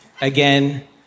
again